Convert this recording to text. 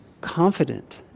confident